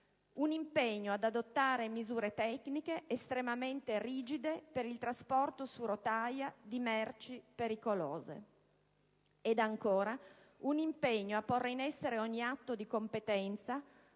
l'impegno ad adottare misure tecniche estremamente rigide per il trasporto su rotaia di merci pericolose. E ancora, un l'impegno a porre in essere ogni atto di competenza,